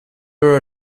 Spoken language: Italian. loro